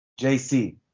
JC